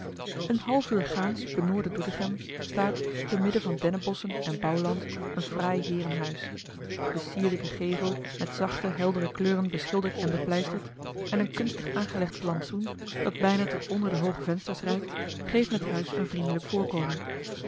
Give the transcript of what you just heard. een half uur gaans benoorden doetinchem staat te midden van dennenbosschen en bouwland een fraai heerenhuis de sierlijke gevel met zachte heldere kleuren beschilderd en bepleisterd en een kunstig aangelegd plantsoen dat bijna tot onder de hooge vensters reikt geven het huis een vriendelijk voorkomen